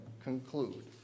conclude